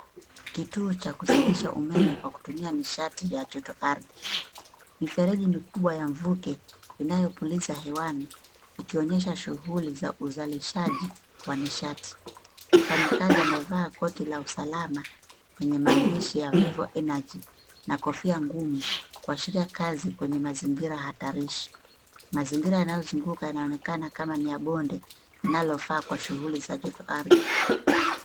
Kituo cha kuzalisha umeme kwa kutumia nishati ya joto ardhi. Mifereji mikubwa ya mvuke inayopuliza hewani ikionyesha shughuli za uzalizaji wa nishati. Mfanyikazi amevaa koti la usalama yenye maandishi ya vivo energy na kofia ngumu kuashiria kazi kwenye mazingira hatarishi. Mazingira yanayozunguka yanaonekana kama ni ya bonde linalofaa kwa shughuli za joto ardhi.